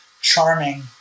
charming